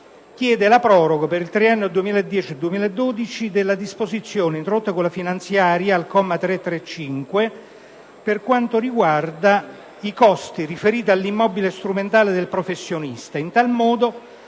chiede la proroga per il triennio 2010-2012 della disposizione, introdotta dalla finanziaria per il 2007, all'articolo 1, comma 335, per quanto riguarda i costi riferiti all'immobile strumentale del professionista. In tal modo